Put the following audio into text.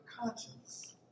conscience